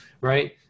right